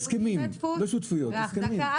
הסכמים ושותפויות.